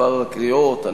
מספר הקריאות,